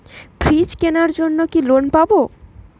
Fridge কেনার জন্য কি লোন পাব?